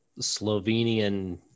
Slovenian